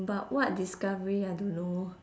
but what discovery I don't know